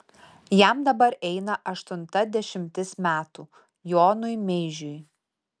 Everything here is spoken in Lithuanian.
jam dabar eina aštunta dešimtis metų jonui meižiui